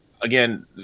again